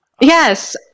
Yes